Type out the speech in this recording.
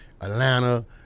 Atlanta